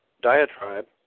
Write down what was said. diatribe